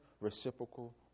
reciprocal